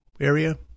area